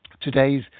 today's